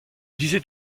disait